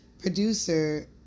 producer